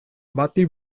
bati